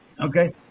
Okay